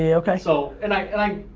yeah okay. so and i